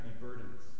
burdens